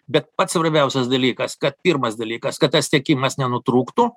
bet pats svarbiausias dalykas kad pirmas dalykas kad tas tiekimas nenutrūktų